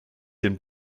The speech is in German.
den